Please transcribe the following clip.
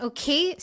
Okay